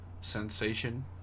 sensation